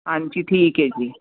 ਹਾਂਜੀ ਠੀਕ ਹੈ ਜੀ